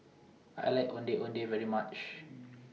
I like Ondeh Ondeh very much